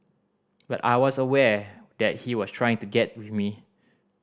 but I was aware that he was trying to get with me